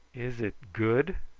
is it good?